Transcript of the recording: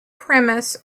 premise